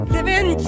Living